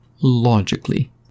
logically